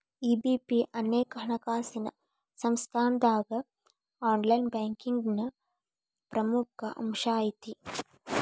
EBP ಅನೇಕ ಹಣಕಾಸಿನ್ ಸಂಸ್ಥಾದಾಗ ಆನ್ಲೈನ್ ಬ್ಯಾಂಕಿಂಗ್ನ ಪ್ರಮುಖ ಅಂಶಾಐತಿ